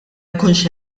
jkunx